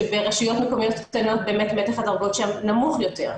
כשברשויות מקומיות קטנות באמת מתח הדרגות נמוך יותר.